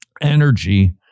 energy